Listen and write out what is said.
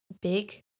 big